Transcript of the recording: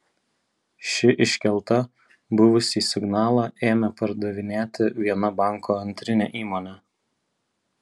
ši iškelta buvusį signalą ėmė pardavinėti viena banko antrinė įmonė